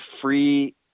free